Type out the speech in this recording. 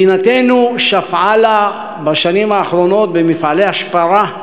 מדינתנו שפעה לה בשנים האחרונות במפעלי התפלה,